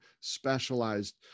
specialized